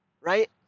right